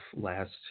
last